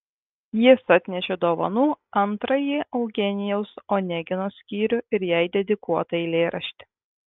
jis atnešė dovanų antrąjį eugenijaus onegino skyrių ir jai dedikuotą eilėraštį